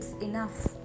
enough